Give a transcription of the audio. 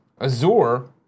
Azure